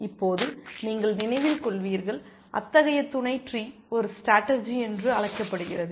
இப்போது நீங்கள் நினைவில் கொள்வீர்கள் அத்தகைய துணை ட்ரீ ஒரு ஸ்டேடர்ஜி என்று அழைக்கப்படுகிறது